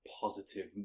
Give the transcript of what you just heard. positive